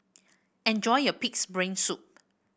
enjoy your pig's brain soup